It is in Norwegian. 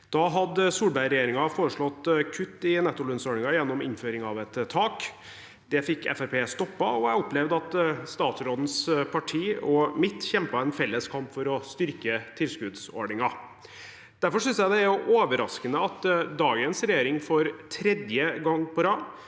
Da hadde Solberg-regjeringen foreslått kutt i nettolønnsordningen gjennom innføring av et tak. Det fikk Fremskrittspartiet stoppet, og jeg opplevde at Myrseths parti og mitt parti kjempet en felles kamp for å styrke tilskuddsordningen. Derfor synes jeg det er overraskende at dagens regjering for tredje gang på rad